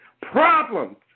Problems